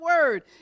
word